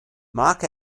mark